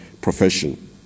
profession